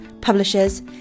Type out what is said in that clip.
publishers